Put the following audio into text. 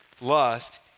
lust